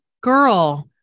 Girl